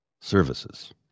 Services